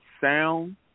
sound